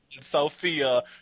Sophia